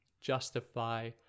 justify